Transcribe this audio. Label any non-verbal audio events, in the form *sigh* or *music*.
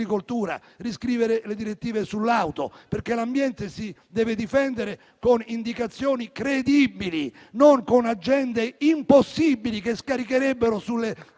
le direttive sull'auto, perché l'ambiente si deve difendere con indicazioni credibili, non con agende impossibili *applause* che scaricherebbero sulle